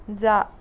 जा